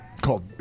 called